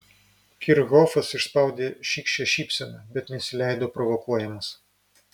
kirchhofas išspaudė šykščią šypseną bet nesileido provokuojamas